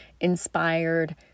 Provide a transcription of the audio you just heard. inspired